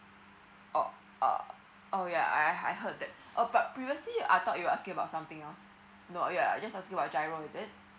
oo uh oh ya I I heard that uh but previously I thought you're asking about something else no you're just asking what giro is it